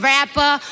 Rapper